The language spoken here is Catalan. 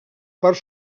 part